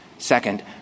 Second